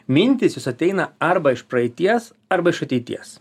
mintys jos ateina arba iš praeities arba iš ateities